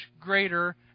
greater